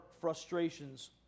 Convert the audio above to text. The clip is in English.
frustrations